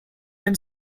been